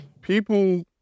People